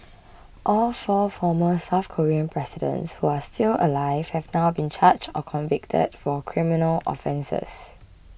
all four former South Korean presidents who are still alive have now been charged or convicted for criminal offences